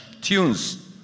tunes